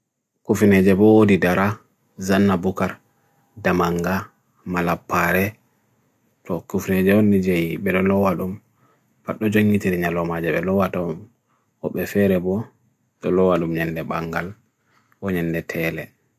kufinejebu odidara, zanna bukar, damanga, malapare to kufinejeun nijeyi, bero lualum patno jengi tiri nyalum ajebe lualum ob eferebu, lualum nyanne bangal onyanne tere